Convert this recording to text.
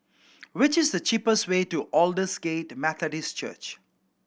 which is the cheapest way to Aldersgate Methodist Church